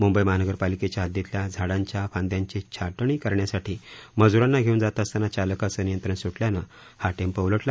मुंबई महानगरपालिकेच्या हद्दीतल्या झाडांच्या फांद्यांची छाटणी करण्यासाठी मजुरांना घेऊन जात असताना चालकाचं नियंत्रण सुटल्यानं हा टेंपो उलटला